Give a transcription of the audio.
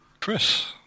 Chris